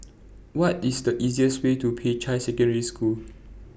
What IS The easiest Way to Peicai Secondary School